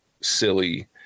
silly